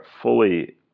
fully